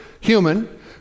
human